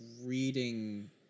reading